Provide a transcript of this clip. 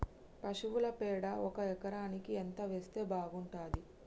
పశువుల పేడ ఒక ఎకరానికి ఎంత వేస్తే బాగుంటది?